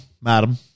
madam